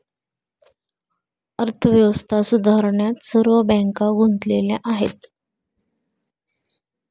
अर्थव्यवस्था सुधारण्यात सर्व बँका गुंतलेल्या आहेत